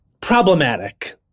Problematic